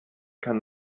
kann